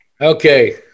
Okay